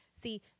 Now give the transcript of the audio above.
See